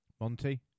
Monty